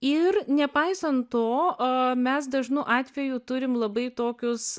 ir nepaisant to mes dažnu atveju turim labai tokius